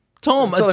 tom